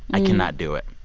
i cannot do it.